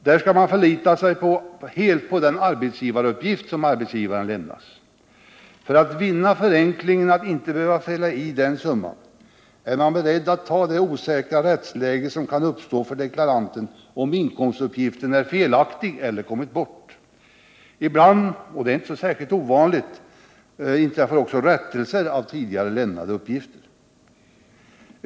Där skall man förlita sig helt på den arbetsgivaruppgift som arbetsgivaren lämnar. För att vinna förenklingen att inte behöva fylla i summorna är man beredd att ta det osäkra rättsläge som kan uppstå för deklaranten, om inkomstuppgiften är felaktig eller har kommit bort. Ibland — och det är inte så ovanligt — sker också rättelser av tidigare lämnade uppgifter.